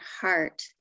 heart